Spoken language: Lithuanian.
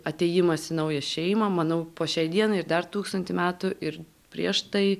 atėjimas į naują šeimą manau po šiai dienai ir dar tūkstantį metų ir prieš tai